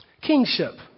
kingship